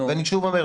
ואני שוב אומר,